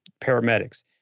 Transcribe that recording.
paramedics